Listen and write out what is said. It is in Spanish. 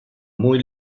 muy